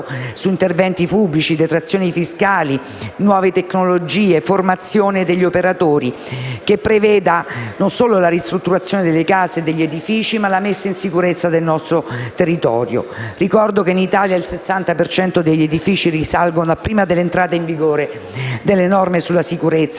su interventi pubblici, detrazioni fiscali, nuove tecnologie, formazione degli operatori, che preveda non solo la ristrutturazione delle case e degli edifici, ma anche la messa in sicurezza del nostro territorio. Ricordo che in Italia il 60 per cento degli edifici risale a prima dell'entrata in vigore delle norme sulla sicurezza